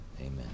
Amen